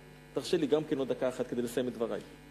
תרשה לי עוד דקה אחת כדי לסיים את דברי.